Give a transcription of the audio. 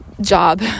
job